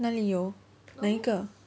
哪里有哪一个